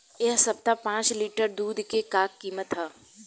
एह सप्ताह पाँच लीटर दुध के का किमत ह?